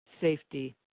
safety